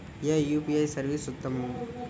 ఏ UPI service ఉత్తమము?